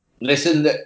Listen